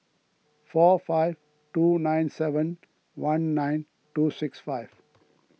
four five two nine seven one nine two six five